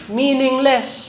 meaningless